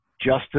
justice